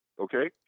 okay